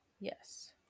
Yes